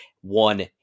one